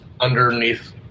underneath